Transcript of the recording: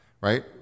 right